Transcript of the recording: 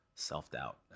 self-doubt